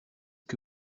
que